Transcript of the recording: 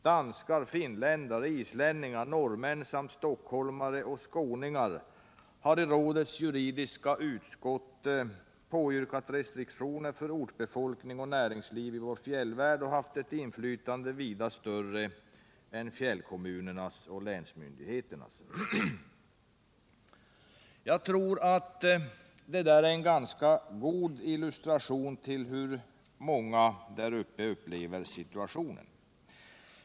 Danskar, finländare, islänningar, norrmän samt stockholmare och skåningar har i rådets juridiska utskott påyrkat restriktioner för ortsbefolkning och näringsliv i vår fjällvärld och haft ett inflytande vida större än fjällkommunernas och länsmyndigheternas.” Jag tror att det är en ganska god illustration till hur många där uppe upplever situationen.